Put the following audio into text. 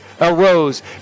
arose